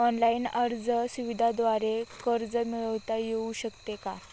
Online अर्ज सुविधांद्वारे कर्ज मिळविता येऊ शकते का?